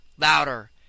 louder